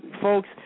folks